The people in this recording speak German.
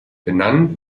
benannt